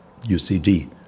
UCD